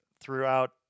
Throughout